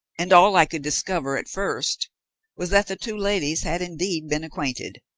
and all i could discover at first was that the two ladies had indeed been acquainted.